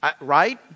right